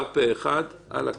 הצבעה בעד, פה אחד סעיף קטן (ב) נתקבל.